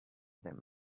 them